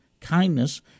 kindness